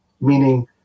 Meaning